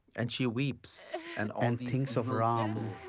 and she weeps. and um thinks of ram.